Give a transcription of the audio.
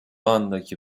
andaki